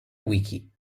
wiki